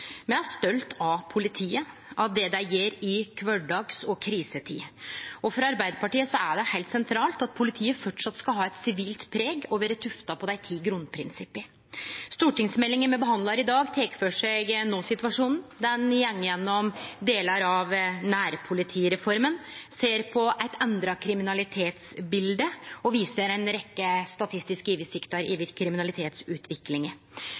Me er stolte av politiet, av det dei gjer i kvardags- og krisetid. For Arbeidarpartiet er det heilt sentralt at politiet framleis skal ha eit sivilt preg og vere tufta på dei ti grunnprinsippa. Stortingsmeldinga me behandlar i dag, tek for seg no-situasjonen, ho går gjennom delar av nærpolitireforma, ser på eit endra kriminalitetsbilde og viser ei rekkje statistiske oversikter